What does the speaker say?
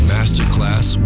Masterclass